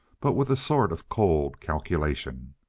but with a sort of cold calculation.